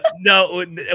no